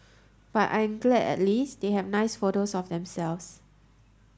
but I'm glad at least they have nice photos of themselves